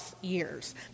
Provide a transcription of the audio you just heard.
Years